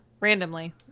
Randomly